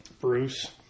Bruce